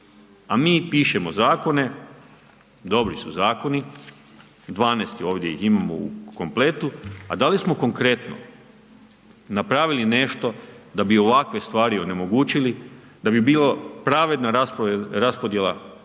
A mi pišemo zakone, dobri su zakoni, 12 ih ovdje imamo u kompletu. A da li smo konkretno napravili nešto da bi ovakve stvari onemogućili, da bi bila pravedna raspodjela zemlje,